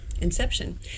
inception